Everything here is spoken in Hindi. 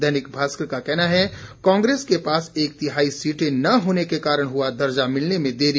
दैनिक भास्कर का कहना है कांग्रेस के पास एक तिहाई सीटें न होने के कारण हुई दर्जा मिलने में देरी